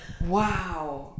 wow